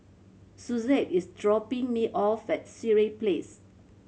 Suzette is dropping me off at Sireh Place